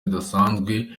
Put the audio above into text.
zidasanzwe